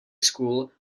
school